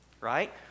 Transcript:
right